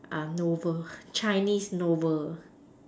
uh novel Chinese novel